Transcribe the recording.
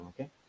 okay